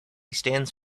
stands